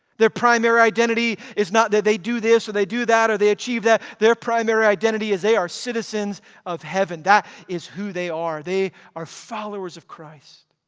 their primary identity is not that they do this or they do that or they achieve that, their primary identity is that they are citizens of heaven. that is who they are. they are followers of christ.